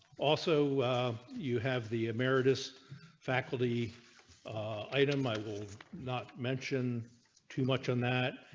also you have the emeritus faculty item, i will not mention too much on that.